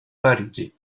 parigi